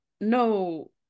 No